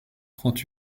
trente